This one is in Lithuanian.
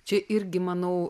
čia irgi manau